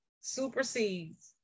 supersedes